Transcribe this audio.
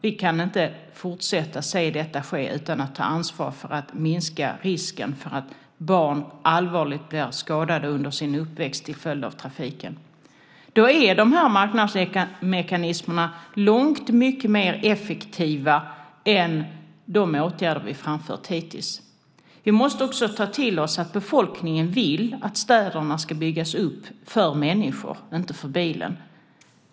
Vi kan inte fortsätta att se detta ske utan att ta ansvar för att minska risken att barn blir allvarligt skadade under sin uppväxt till följd av trafiken. Då är dessa marknadsmekanismer långt mer effektiva än de åtgärder vi framfört hittills. Vi måste också ta till oss att befolkningen vill att städerna ska byggas för människor, inte för bilen.